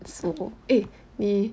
so eh we